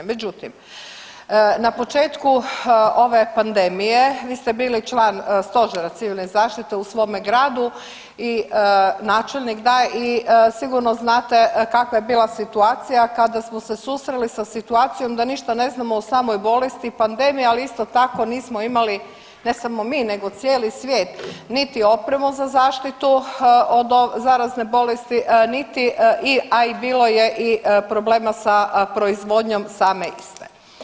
Međutim, na početku ove pandemije vi ste bili član Stožera Civilne zaštite u svome gradu, načelnik da i sigurno znate kakva je bila situacija kada smo se susreli sa situacijom da ništa ne znamo o samoj bolesti pandemije ali isto tako nismo imali ne samo mi nego cijeli svijet niti opremu za zaštitu od zarazne bolesti niti, a i bilo je i problema sa proizvodnjom same, iste.